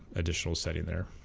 additional setting there